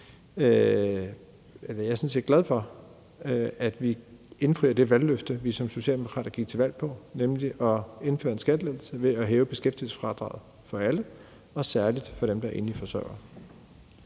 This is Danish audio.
Jeg er sådan set glad for, at vi indfrier det valgløfte, vi som socialdemokrater gik til valg på, nemlig at indføre en skattelettelse ved at hæve beskæftigelsesfradraget for alle og særligt for dem, der er enlige forsørgere.